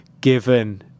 given